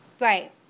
Right